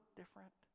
different